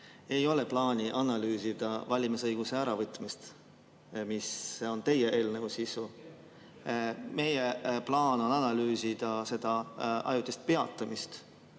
ei ole plaani analüüsida valimisõiguse äravõtmist, mis on teie eelnõu sisu. Meie plaan on analüüsida selle ajutist peatamist.